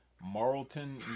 Marlton